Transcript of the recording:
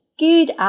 good